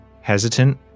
hesitant